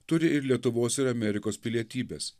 turi ir lietuvos ir amerikos pilietybes